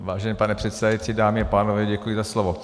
Vážený pane předsedající, dámy a pánové, děkuji za slovo.